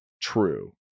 true